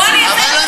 בוא ואראה לך,